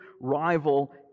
rival